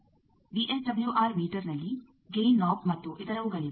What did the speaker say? VSWR ಮೀಟರ್ನಲ್ಲಿ gain ನಾಬ ಮತ್ತು ಇತರವುಗಳಿವೆ